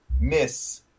miss